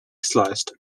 sliced